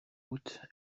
route